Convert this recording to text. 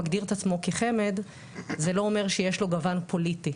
מגדיר את עצמו כחמ"ד זה לא אומר שיש לו גוון פוליטי,